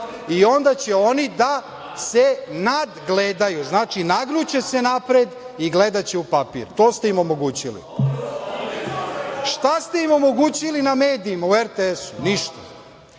i onda će oni da se nadgledaju, znači, nagnuće se napred i gledaće u papir. To ste im omogućili. Šta ste im omogućili na medijima, u RTS-u? Ništa.